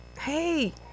hey